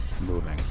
moving